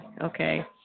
Okay